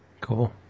Cool